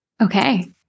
Okay